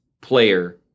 player